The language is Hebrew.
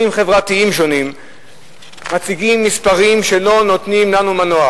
חברתיים שונים מציגים מספרים שלא נותנים לנו מנוח,